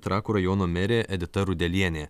trakų rajono merė edita rudelienė